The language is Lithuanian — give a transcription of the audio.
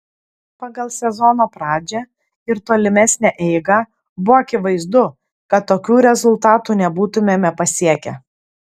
pagal sezono pradžią ir tolimesnę eigą buvo akivaizdu kad tokių rezultatų nebūtumėme pasiekę